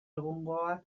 egungoa